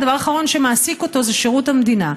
הדבר האחרון שמעסיק אותו זה שירות המדינה.